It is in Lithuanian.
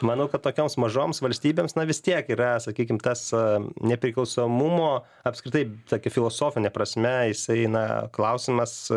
manau kad tokioms mažoms valstybėms na vis tiek yra sakykime tąs nepriklausomumo apskritai tokia filosofine prasme jisai na klausimas